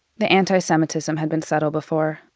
the antisemitism had been subtle before.